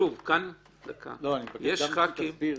כשהיא מסבירה,